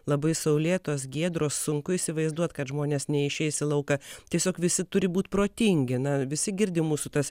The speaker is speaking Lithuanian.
labai saulėtos giedros sunku įsivaizduot kad žmonės neišeis į lauką tiesiog visi turi būt protingi na visi girdi mūsų tas